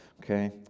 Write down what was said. Okay